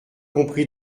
compris